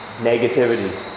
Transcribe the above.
negativity